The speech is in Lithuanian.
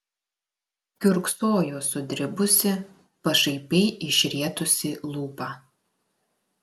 kiurksojo sudribusi pašaipiai išrietusi lūpą